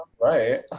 right